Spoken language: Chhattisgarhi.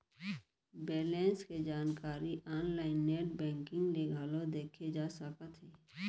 बेलेंस के जानकारी आनलाइन नेट बेंकिंग ले घलौ देखे जा सकत हे